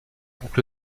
porte